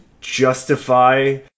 justify